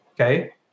okay